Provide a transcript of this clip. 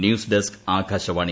news desk Akashvani